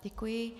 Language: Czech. Děkuji.